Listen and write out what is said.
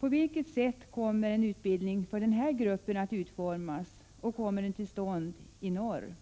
På vilket sätt kommer en utbildning för den Hör kelenva BR gruppen att utformas? Kommer den till stånd i den norra regionen?